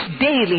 daily